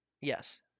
Yes